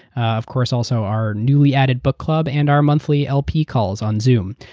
of course, also our newly added book club and our monthly lp calls on zoom.